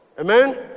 Amen